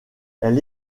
elle